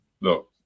look